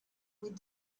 with